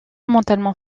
mentalement